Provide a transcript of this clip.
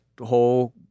whole